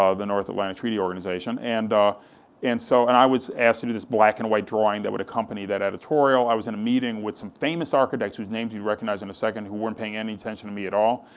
ah the north atlantic treaty organization, and and so and i was asked to do this black and white drawing that would accompany that editorial, i was in a meeting with some famous architects, whose names you recognize in a second, who weren't paying any attention to me at all,